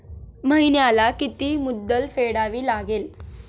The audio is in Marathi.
महिन्याला किती मुद्दल फेडावी लागेल?